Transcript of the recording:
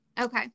Okay